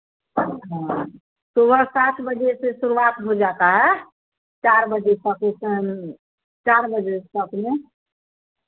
हाँ सुबह सात बजे से शुरुआत हो जाता है चार बजे तक चार बजे तक में